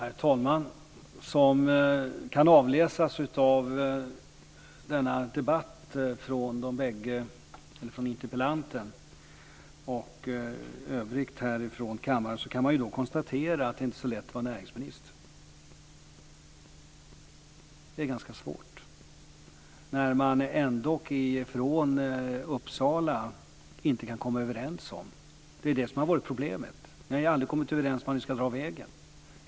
Herr talman! Som kan avläsas av denna debatt, från interpellanten och övrigt härifrån kammaren, är det inte så lätt att vara näringsminister. Det är ganska svårt. Man kan i Uppsala inte komma överens. Det är det som har varit problemet. Ni har ju aldrig kommit överens om var ni ska dra vägen.